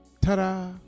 Ta-da